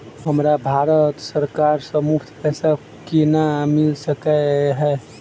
हमरा भारत सरकार सँ मुफ्त पैसा केना मिल सकै है?